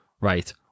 Right